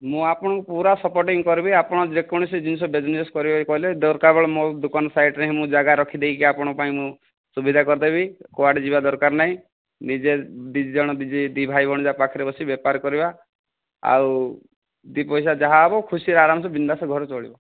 ମୁଁ ଆପଣଙ୍କୁ ପୁରା ସପୋର୍ଟିଂ କରିବି ଆପଣ ଯେକୌଣସି ଜିନିଷ ବିଜ୍ନେସ୍ କରିବେ କହିଲେ ଦରକାର ବେଳେ ମୋ ଦୋକାନ ସାଇଡ଼୍ରେ ହିଁ ମୁଁ ଜାଗା ରଖିଦେଇକି ଆପଣ ପାଇଁ ମୁଁ ସୁବିଧା କରିଦେବି କୁଆଡ଼େ ଯିବା ଦରକାର ନାହିଁ ଦୁଇ ଜଣ ଦୁଇ ଭାଇ ଭଉଣୀ ଯାକ ପାଖରେ ବସିକି ବସି ବେପାର କରିବା ଆଉ ଦୁଇ ପଇସା ଯାହା ହେବ ଖୁସିରେ ଆରାମସେ ବିନ୍ଦାସ୍ ଘର ଚଳିବ